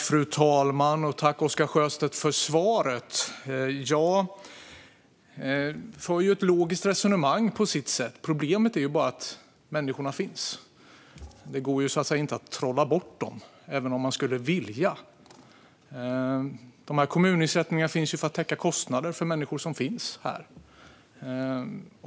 Fru talman! Tack för svaret, Oscar Sjöstedt! Det är ett logiskt resonemang på sitt sätt, men problemet är att människorna ju redan finns. Det går så att säga inte att trolla bort dem, även om man skulle vilja. Kommunersättningarna finns för att täcka kostnader för människor som finns här.